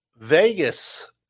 Vegas